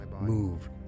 move